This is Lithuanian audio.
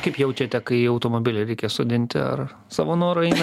kaip jaučiate kai į automobilį reikia sodinti ar savo noru eina